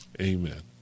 Amen